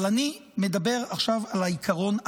אבל אני מדבר עכשיו על העיקרון הבא: